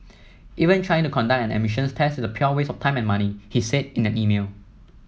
even trying to conduct an emissions test is a pure waste of time and money he said in an email